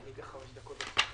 נצא ל-5 דקות הפסקה.